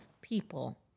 people